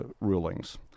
rulings